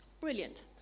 brilliant